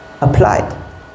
applied